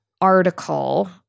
article